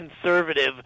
conservative